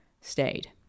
stayed